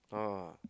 ah